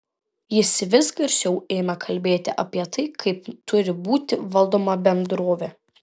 jis vis garsiau ėmė kalbėti apie tai kaip turi būti valdoma bendrovė